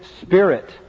spirit